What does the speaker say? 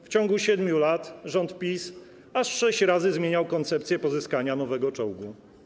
W ciągu 7 lat rząd PiS aż sześć razy zmieniał koncepcję pozyskania nowego czołgu.